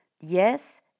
yes